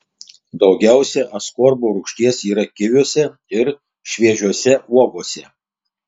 daugiausia askorbo rūgšties yra kiviuose ir šviežiose uogose